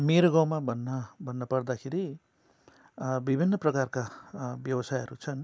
मेरो गाउँमा भन्न भन्न पर्दाखेरि विभिन्न प्रकारका व्यवसायहरू छन्